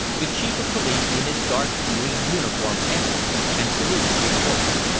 the chief of police, in his dark green uniform, entered and saluted before me.